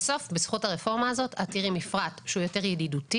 בזכות הרפורמה הזאת את תראי מפרט שהוא יותר ידידותי,